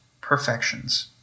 perfections